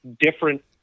different